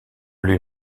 lui